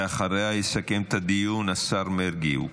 ואחריה יסכם את הדיון השר מרגי.